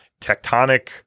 tectonic